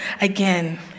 again